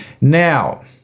Now